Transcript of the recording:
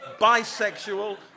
bisexual